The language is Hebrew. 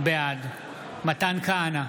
בעד מתן כהנא,